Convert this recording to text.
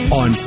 on